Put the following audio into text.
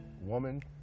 woman